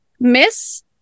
Miss